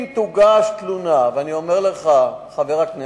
אם תוגש תלונה, ואני אומר לך, חבר הכנסת,